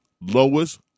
lowest